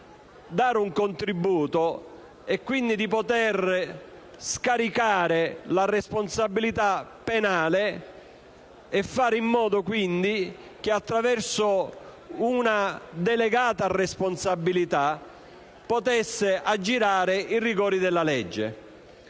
dare un contributo, di scaricare la responsabilità penale e di fare in modo che, attraverso una delegata responsabilità, potesse aggirare i rigori della legge.